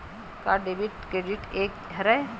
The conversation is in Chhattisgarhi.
का डेबिट क्रेडिट एके हरय?